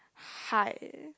high